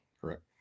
Correct